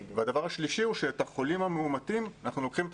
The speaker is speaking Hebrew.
לגבי החולים המאומתים אנחנו לוקחים את